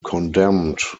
condemned